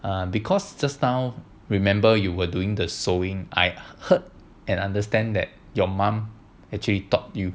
err because just now remember you were doing the sewing I heard and understand that your mum actually taught you